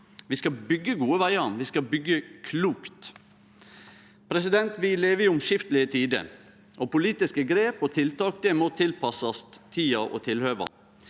Vi skal byggje gode vegar. Vi skal byggje klokt. Vi lever i omskiftelege tider. Politiske grep og tiltak må tilpassast tida og tilhøva.